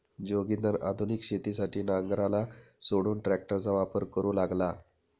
जोगिंदर आधुनिक शेतीसाठी नांगराला सोडून ट्रॅक्टरचा वापर करू लागला